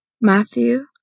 Matthew